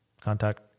contact